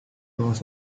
was